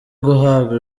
guhabwa